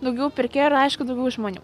daugiau pirkėjų ir aišku daugiau žmonių